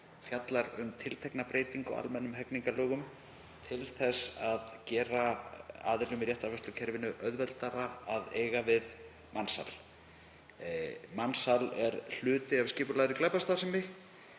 fjallar um tiltekna breytingu á almennum hegningarlögum til þess að gera aðilum í réttarvörslukerfinu auðveldara að eiga við mansal. Mansal er hluti af skipulagðri glæpastarfsemi